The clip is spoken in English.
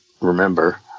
remember